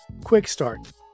QUICKSTART